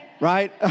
Right